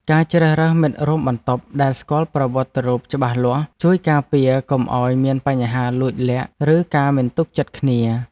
ការជ្រើសរើសមិត្តរួមបន្ទប់ដែលស្គាល់ប្រវត្តិរូបច្បាស់លាស់ ជួយការពារកុំឱ្យមានបញ្ហាលួចលាក់ឬការមិនទុកចិត្តគ្នា។